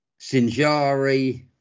Sinjari